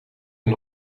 een